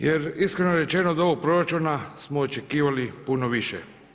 Jer iskreno rečeno od ovog proračuna smo očekivali puno više.